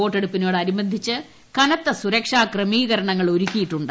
വോട്ടെടുപ്പിനോടനുബന്ധിച്ച് ക്യാത്ത് ്സുരക്ഷാ ക്രമീകരണങ്ങൾ ഒരുക്കിയിട്ടുണ്ട്